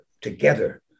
together